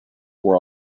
were